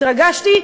התרגשתי,